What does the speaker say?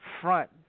front